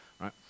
right